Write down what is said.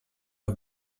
off